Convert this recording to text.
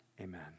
Amen